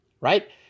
right